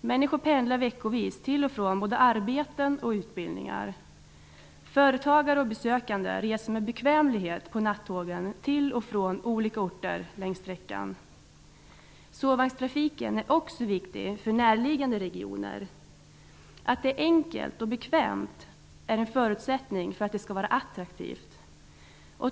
Människor pendlar veckovis till och från både arbeten och utbildningar. Företagare och besökande reser med bekvämlighet på nattågen till och från olika orter längs sträckan. Sovvagnstrafiken är också viktig för närliggande regioner. Att det är enkelt och bekvämt är en förutsättning för att det skall vara attraktivt.